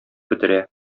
бетерә